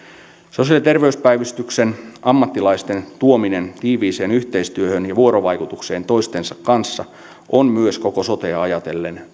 sosiaali ja terveyspäivystyksen ammattilaisten tuominen tiiviiseen yhteistyöhön ja vuorovaikutukseen toistensa kanssa on myös koko sotea ajatellen